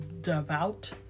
devout